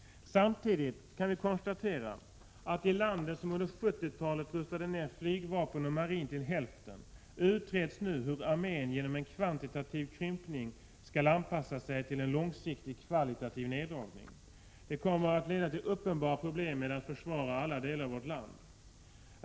Samtidigt kan vi konstatera att i vårt land, som under 1970 rustade ned flygvapnet och marinen till hälften, utreds nu hur armén genom en kvantitativ krympning skall anpassa sig till en långsiktig kvalitativ neddragning. Det kommer att leda till uppenbara problem med att försvara alla delar av vårt land.